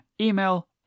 email